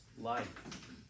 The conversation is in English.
life